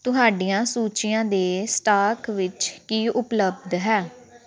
ਤੁਹਾਡੀਆਂ ਸੂਚੀਆਂ ਦੇ ਸਟਾਕ ਵਿੱਚ ਕੀ ਉਪਲਬਧ ਹੈ